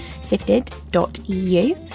sifted.eu